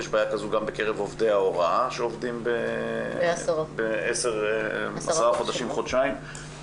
יש בעיה כזו גם בקרב עובדי ההוראה שעובדים בעשרה חודשיים וחודשיים.